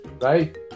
right